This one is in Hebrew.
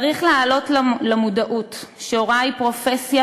צריך להעלות למודעות שההוראה היא פרופסיה